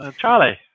Charlie